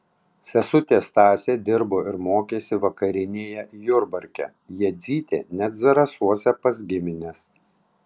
sesutė stasė dirbo ir mokėsi vakarinėje jurbarke jadzytė net zarasuose pas gimines